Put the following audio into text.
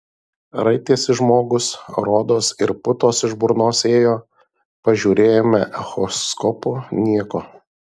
raitėsi žmogus rodos ir putos iš burnos ėjo pažiūrėjome echoskopu nieko